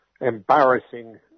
embarrassing